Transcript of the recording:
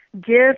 give